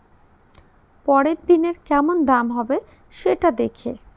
পরের দিনের কেমন দাম হবে, সেটা দেখে